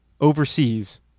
overseas